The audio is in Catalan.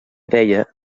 idea